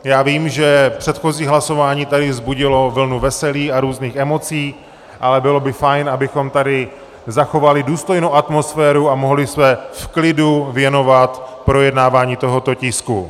Já vím, že předchozí hlasování tady vzbudilo vlnu veselí a různých emocí, ale bylo by fajn, abychom tady zachovali důstojnou atmosféru a mohli se v klidu věnovat projednávání tohoto tisku.